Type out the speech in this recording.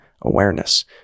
awareness